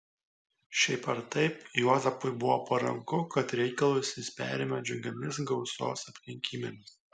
šiaip ar taip juozapui buvo paranku kad reikalus jis perėmė džiugiomis gausos aplinkybėmis